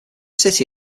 city